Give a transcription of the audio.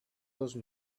those